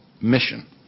mission